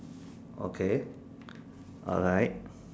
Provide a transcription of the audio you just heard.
okay alright